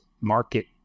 market